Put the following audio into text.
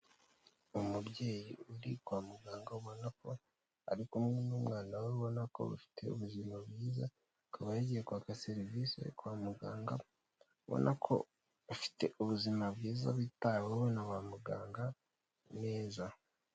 Umubyeyi uri kwa muganga ubona ko ari kumwe n'umwana we ubona ko bafite ubuzima bwiza, akaba yagiye kwaka serivisi kwa muganga ubona ko ufite ubuzima bwiza witaweho naba muganga neza.